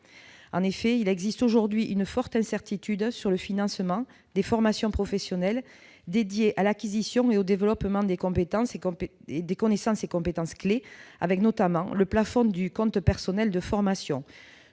En effet, il existe aujourd'hui une forte incertitude sur le financement des formations professionnelles dédiées à l'acquisition et au développement des connaissances et des compétences clés, notamment avec le plafond du compte personnel de formation,